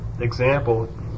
example